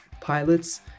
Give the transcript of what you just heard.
pilots